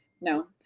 no